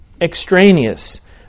extraneous